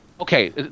Okay